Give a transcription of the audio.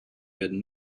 werden